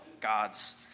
God's